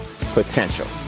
potential